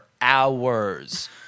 hours